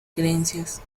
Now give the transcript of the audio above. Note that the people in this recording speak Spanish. creencias